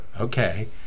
okay